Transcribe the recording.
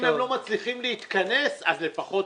אם הם לא מצליחים להתכנס אז לפחות תאריכו.